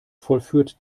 vollführt